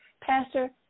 Pastor